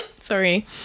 sorry